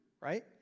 right